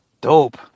Dope